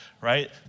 right